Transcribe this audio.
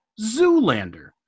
Zoolander